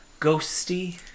ghosty